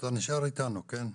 אתה נשאר איתנו, כן?